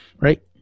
right